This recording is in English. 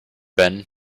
been